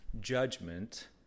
judgment